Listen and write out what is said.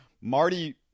Marty